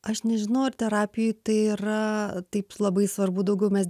aš nežinau ar terapijoj tai yra taip labai svarbu daugiau mes